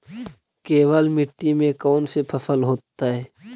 केवल मिट्टी में कौन से फसल होतै?